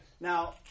Now